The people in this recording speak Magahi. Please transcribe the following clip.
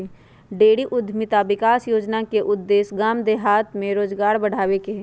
डेयरी उद्यमिता विकास योजना के उद्देश्य गाम देहात में रोजगार बढ़ाबे के हइ